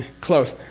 close.